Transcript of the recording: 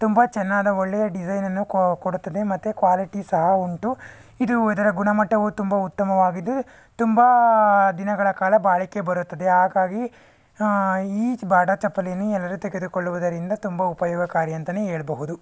ತುಂಬ ಚೆನ್ನಾದ ಒಳ್ಳೆಯ ಡಿಸೈನನ್ನು ಕೊಡುತ್ತದೆ ಮತ್ತು ಕ್ವಾಲಿಟಿ ಸಹ ಉಂಟು ಇದು ಇದರ ಗುಣಮಟ್ಟವು ತುಂಬ ಉತ್ತಮವಾಗಿದ್ದು ತುಂಬ ದಿನಗಳ ಕಾಲ ಬಾಳಿಕೆ ಬರುತ್ತದೆ ಹಾಗಾಗಿ ಈ ಬಾಟಾ ಚಪ್ಪಲಿಯನ್ನು ಎಲ್ಲರೂ ತೆಗೆದುಕೊಳ್ಳುವುದರಿಂದ ತುಂಬ ಉಪಯೋಗಕಾರಿ ಅಂತನೇ ಹೇಳ್ಬಹುದು